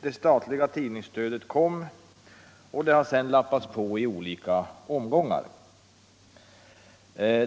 Det statliga tidningsstödet kom och det har sedan lappats på i olika omgångar.